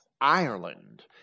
Ireland